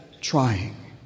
trying